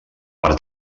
per